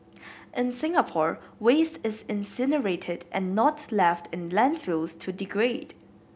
in Singapore waste is incinerated and not left in landfills to degrade